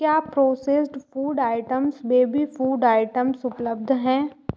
क्या processed food items baby food items उपलब्ध हैं